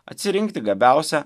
atsirinkti gabiausią